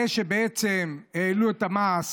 זה שבעצם העלו את המס